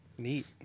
Neat